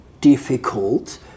difficult